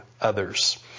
others